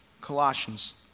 Colossians